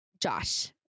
josh